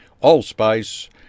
allspice